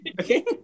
Okay